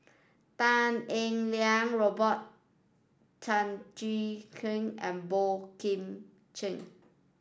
Tan Eng Liang Robert Tan Jee Keng and Boey Kim Cheng